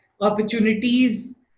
opportunities